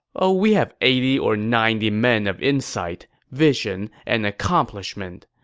ah we have eighty or ninety men of insight, vision, and accomplishment.